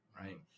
right